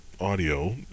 audio